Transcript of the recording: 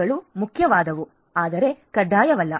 ಇವುಗಳು ಮುಖ್ಯವಾದವು ಆದರೆ ಕಡ್ಡಾಯವಲ್ಲ